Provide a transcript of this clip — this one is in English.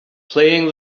playing